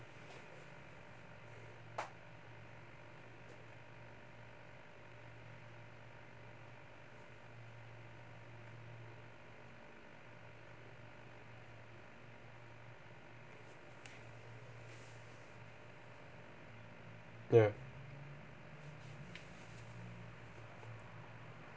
ya